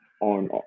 on